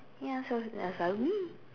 ya so I was like mm